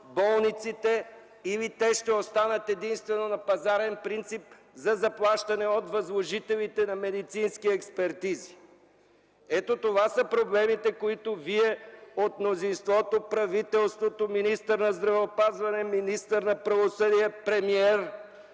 болниците, или те ще останат единствено на пазарен принцип за заплащане от възложителите на медицински експертизи? Ето това са проблемите, които вие от мнозинството – правителството, министърът на здравеопазването, министърът на правосъдието, премиерът,